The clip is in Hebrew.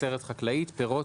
"תוצרת חקלאית" פירות,